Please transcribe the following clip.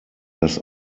dass